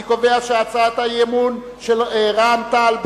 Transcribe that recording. אני קובע שהצעת האי-אמון של רע"ם-תע"ל,